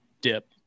dip